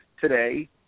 today